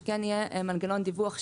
שכן יהיה מנגנון דיווח,